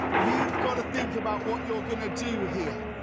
you've got to think about what you're going to do here.